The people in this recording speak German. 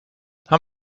haben